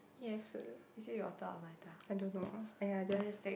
yes I don't know !aiya! just